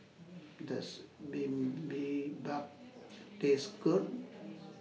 Does Bibimbap Taste Good